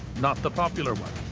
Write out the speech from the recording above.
not the popular one.